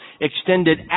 extended